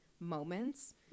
moments